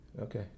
Okay